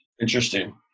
Interesting